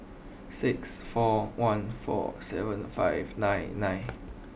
six four one four seven five nine nine